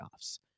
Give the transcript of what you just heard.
playoffs